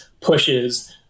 pushes